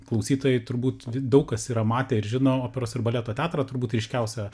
klausytojai turbūt daug kas yra matę ir žino operos ir baleto teatrą turbūt ryškiausią